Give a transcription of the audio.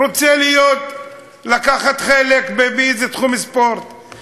רוצה לקחת חלק באיזה תחום ספורט.